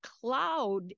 cloud